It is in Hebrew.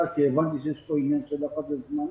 כי הבנתי שיש פה עניין של לחץ בזמנים.